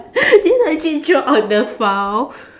did you actually draw out the file